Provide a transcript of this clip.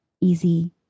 easy